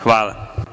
Hvala.